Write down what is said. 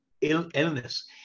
illness